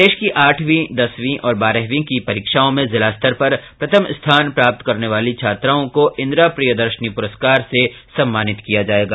प्रदेश की आठवी दसवीं और बारहवीं की परीक्षाओं में जिला स्तर पर प्रथम स्थान प्राप्त करने वाली छात्राओं को इंदिरा प्रियदर्शिनी पुरस्कार से सम्मानित किया जायेगा